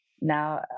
now